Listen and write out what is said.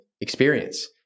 experience